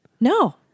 No